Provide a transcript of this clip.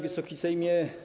Wysoki Sejmie!